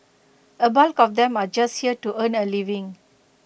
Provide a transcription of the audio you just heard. A bulk of them are just here to earn A living